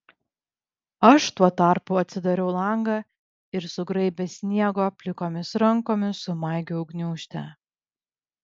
aš tuo tarpu atsidariau langą ir sugraibęs sniego plikomis rankomis sumaigiau gniūžtę